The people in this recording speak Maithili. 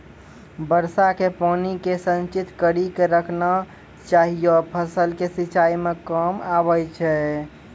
वर्षा के पानी के संचित कड़ी के रखना चाहियौ फ़सल के सिंचाई मे काम आबै छै?